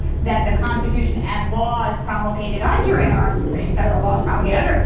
that the constitution and laws promulgated under it are supreme. federal laws promulgated under it.